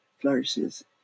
flourishes